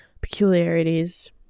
peculiarities